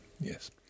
Yes